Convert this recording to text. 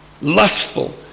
Lustful